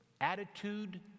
attitude